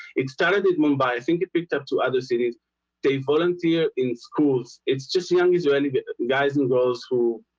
it started in mumbai. i think it picked up two other cities they volunteer in schools. it's just young israeli guys and girls who?